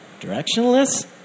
directionless